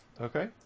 Okay